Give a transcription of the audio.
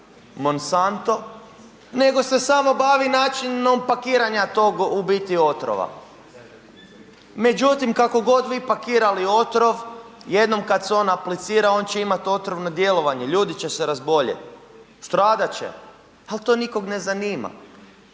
Monsanto nego se samo bavi načinom pakiranja tog u biti otrova. Međutim, kako god vi pakirali otrov jednom kad se on aplicira on će imati otrovno djelovanje, ljudi će se razboljeti, stradati će, ali to nikog ne zanima.